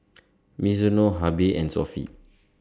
Mizuno Habibie and Sofy